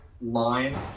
line